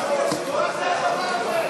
מה זה הדבר הזה?